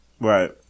Right